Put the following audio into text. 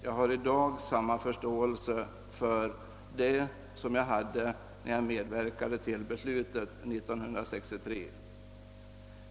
Jag har i dag samma förståelse för detta som jag hade när jag medverkade till beslutet 1963.